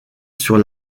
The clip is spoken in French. sur